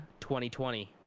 2020